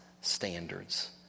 standards